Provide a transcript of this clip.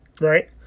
Right